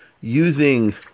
using